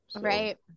right